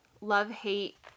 love-hate